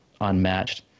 unmatched